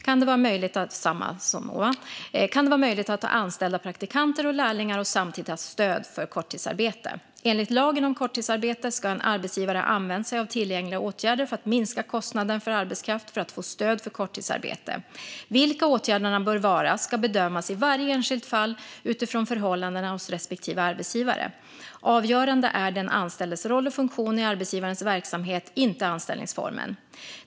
kan det vara möjligt att ha anställda praktikanter och lärlingar och samtidigt ha stöd för korttidsarbete. Enligt lagen om korttidsarbete ska en arbetsgivare ha använt sig av tillgängliga åtgärder för att minska kostnaden för arbetskraft för att få stöd för korttidsarbete. Vilka åtgärderna bör vara ska bedömas i varje enskilt fall utifrån förhållandena hos respektive arbetsgivare. Avgörande är den anställdes roll och funktion i arbetsgivarens verksamhet, inte anställningsformen.